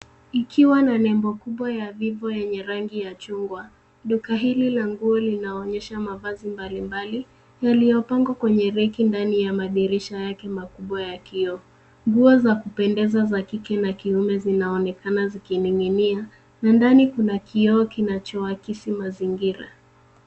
Ikiwa na nembo kubwa ya Vivo yenye rangi ya chungwa, duka hili la nguo linaonyesha mavazi mbalimbali yaliyopangwa kwenye rack ndani ya madirisha yake makubwa ya kioo. Nguo za kupendeza za kike na kiume zinaonekana zikining'nia na ndani kuna kioo kinachoakisi mazingira.